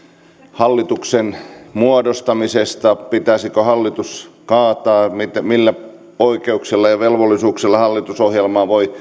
hallituksen muodostamisesta siitä pitäisikö hallitus kaataa millä oikeuksilla ja velvollisuuksilla hallitusohjelmaa voi